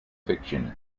fiction